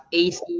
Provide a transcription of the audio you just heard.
ac